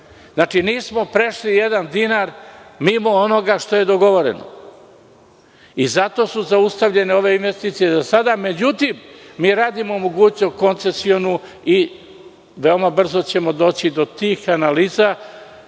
godinu. Znači, nismo prešli jedan dinar mimo onoga što je dogovoreno. Zato su zaustavljene ove investicije do sada. Međutim, mi radimo mogućnost koncesionu i veoma brzo ćemo doći do tih analiza